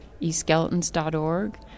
eSkeletons.org